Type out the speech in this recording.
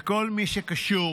לכל מי שקשור